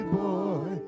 boy